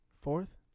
Fourth